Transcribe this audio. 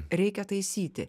reikia taisyti